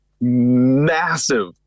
massive